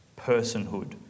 personhood